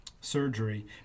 surgery